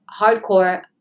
hardcore